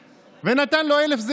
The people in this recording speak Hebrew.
אתם פשוט לא תאמינו מה קורה